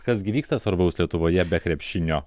kas gi vyksta svarbaus lietuvoje be krepšinio